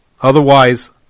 Otherwise